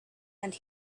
and